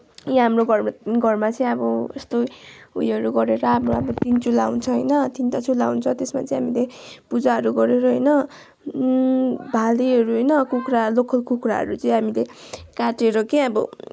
यही हाम्रो घरमा घरमा चाहिँ अब यस्तो उयोहरू गरेर राम्रो राम्रो तिन चुल्हा हुन्छ होइन तिनवटा चुल्हा हुन्छ त्यसमा चाहिँ हामीले पूजाहरू गरेर होइन भालेहरू होइन कुखुरा लोकल कुखुराहरू चाहिँ हामीले काटेर के अब